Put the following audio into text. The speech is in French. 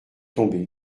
tombée